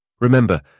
Remember